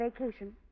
vacation